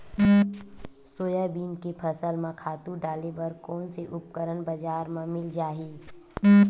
Soybean के फसल म खातु डाले बर कोन से उपकरण बजार म मिल जाहि?